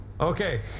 Okay